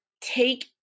take